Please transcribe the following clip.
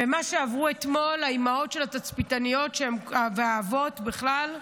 ומה שעברו אתמול האימהות של התצפיתניות והאבות בכלל,